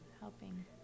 Helping